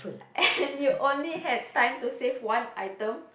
and you only had time to save one item